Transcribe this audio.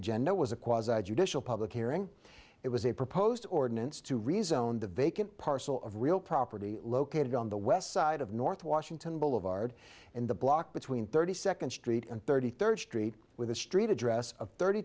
agenda was a quasi judicial public hearing it was a proposed ordinance to rezone the vacant parcel of real property located on the west side of north washington boulevard in the block between thirty second street and thirty third street with a street address of thirty